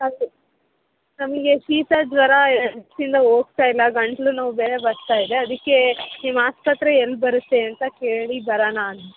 ಹೌದು ನಮಗೆ ಶೀತ ಜ್ವರ ಎರಡು ದಿವ್ಸ್ದಿಂದ ಹೋಗ್ತಾ ಇಲ್ಲ ಗಂಟಲು ನೋವು ಬೇರೆ ಬರ್ತಾ ಇದೆ ಅದಕ್ಕೆ ನಿಮ್ಮ ಆಸ್ಪತ್ರೆ ಎಲ್ಲಿ ಬರುತ್ತೆ ಅಂತ ಕೇಳಿ ಬರೋಣ ಅಂ